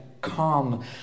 calm